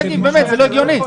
זה לא הגיוני.